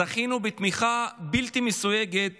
זכינו בתמיכה בלתי מסויגת